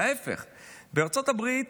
בארצות הברית